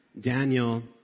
Daniel